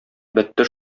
бетте